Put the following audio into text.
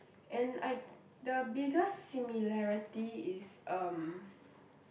and I the biggest similarity is um